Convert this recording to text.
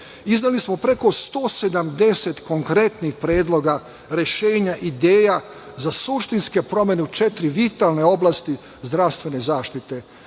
izdali smo preko 170 konkretnih predloga, rešenja, ideja za suštinske promene u četiri vitalne oblasti zdravstvene